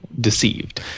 Deceived